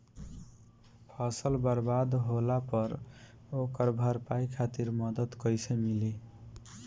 फसल बर्बाद होला पर ओकर भरपाई खातिर मदद कइसे मिली?